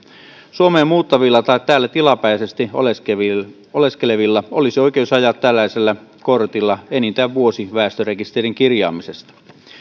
suomeen muuttavilla tai täällä tilapäisesti oleskelevilla oleskelevilla olisi oikeus ajaa tällaisella kortilla enintään vuosi väestörekisteriin kirjaamisesta